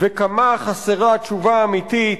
וכמה חסרה התשובה האמיתית.